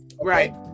Right